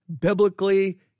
biblically